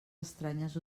estranyes